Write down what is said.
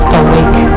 awake